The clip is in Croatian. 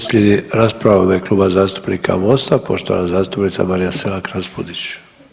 Slijedi rasprava u ime Kluba zastupnika Mosta, poštovana zastupnica Marija Selak Raspudić.